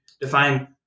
define